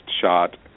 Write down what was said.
shot